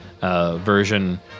version